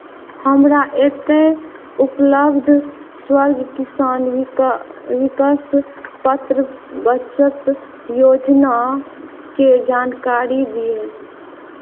हमरा एतय उपलब्ध स्वर्ण किसान विकस पत्र बचत योजनाकेे जानकारी दिअ